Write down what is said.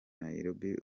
nairobi